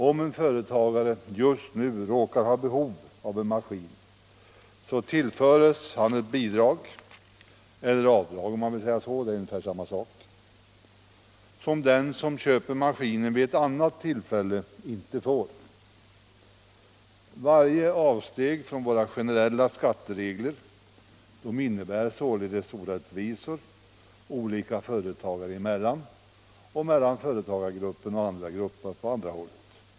Om en företagare just nu råkar ha behov av en maskin så får han ett bidrag — eller om man så vill ett avdrag; det är ungefär samma sak — som den som köper maskinen vid ett annat tillfälle inte får. Varje avsteg från våra generella skatteregler innebär således orättvisor olika företagare emellan samt mellan företagargrupper och andra grupper.